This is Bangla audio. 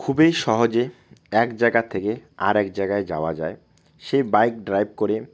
খুবই সহজে এক জায়গা থেকে আর এক জায়গায় যাওয়া যায় সেই বাইক ড্রাইভ করে